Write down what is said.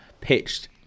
pitched